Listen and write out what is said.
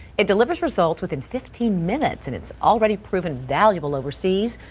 it delivers results within fifteen minutes and it's already proven valuable overseas.